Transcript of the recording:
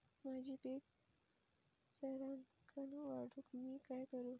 माझी पीक सराक्कन वाढूक मी काय करू?